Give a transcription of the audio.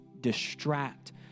distract